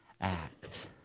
act